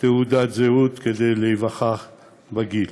תעודת זהות כדי להיווכח בגיל.